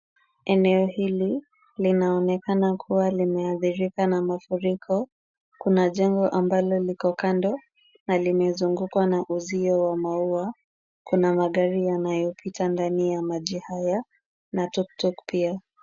Eneo hili linaonekana kuwa limeathirika na mafuriko. Kuna jengo ambalo liko kando na limezungukwa na uzio wa maua. Kuna magari yanayopita ndani ya maji haya na tuktuk pia.